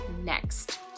next